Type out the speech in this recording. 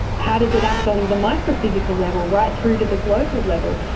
how does it act on the micro physical level right through to the global level?